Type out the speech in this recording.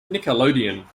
nickelodeon